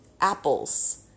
apples